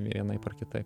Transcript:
vienaip ar kitaip